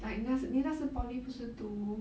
like 那时你那时 poly 不是读